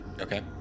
Okay